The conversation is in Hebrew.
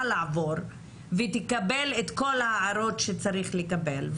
לעבור ותקבל את כל ההערות שצריך לקבל,